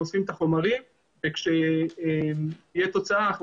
אנחנו אוספים את החומרים וכשתהיה תוצאה אנחנו